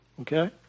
Okay